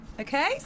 Okay